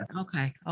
okay